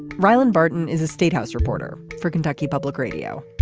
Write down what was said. rylan barton is a state house reporter for kentucky public radio